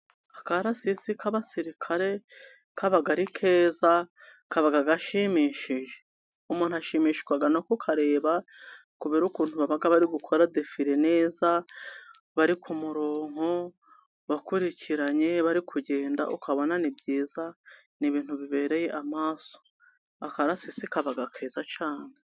Akarasisi k'abasirikare kaba ari keza, kaba gashimishije. Umuntu ashimishwa no kukareba kubera ukuntu baba bari gukora defire neza bari ku murongo, bakurikiranye, bari kugenda, ukabona ni byiza, ni ibintu bibereye amaso. akarasisi kaba keza cyane.